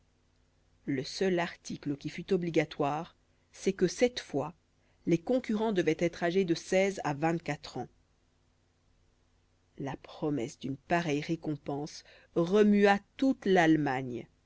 le seul article qui fût obligatoire c'est que cette fois les concurrents devaient être âgés de seize à vingt-quatre ans la promesse d'une pareille récompense remua toute l'allemagne